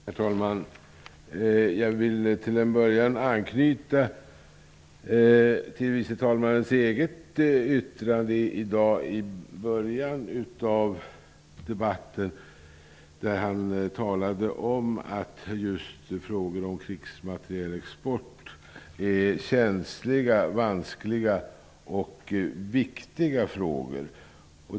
Herr talman! Jag vill till att börja med anknyta till tredje vice talmannens eget yttrande i dag i början av debatten, där han talade om att just frågor om krigsmaterielexport är känsliga, vanskliga och viktiga.